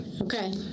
Okay